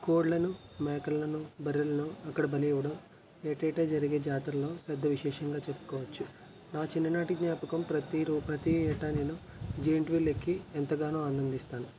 కోళ్ళను మేకలను బర్రెలను అక్కడ బలి ఇవ్వడం ఏటేటా జరిగే జాతరలో పెద్ద విశేషంగా చెప్పుకోవచ్చు నా చిన్ననాటి జ్ఞాపకం ప్రతీ రో ప్రతీ ఏటా నేను జెయింట్ వీల్ ఎక్కి ఎంతగానో ఆనందిస్తాను